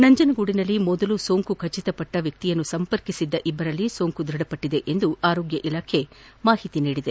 ನಂಜನಗೂಡಿನಲ್ಲಿ ಮೊದಲು ಸೋಂಕು ಖಚಿತಪಟ್ಟ ವ್ವಕ್ತಿಯನ್ನು ಸಂಪರ್ಕಿಸಿದ್ದ ಇಬ್ಬರಲ್ಲಿ ಸೋಂಕು ಧ್ವಡಪಟ್ಟದೆ ಎಂದು ಆರೋಗ್ಯ ಇಲಾಖೆ ಮಾಹಿತಿ ನೀಡಿದೆ